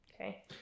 Okay